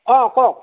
অঁ কওক